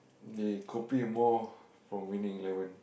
they copy more from Winning-Eleven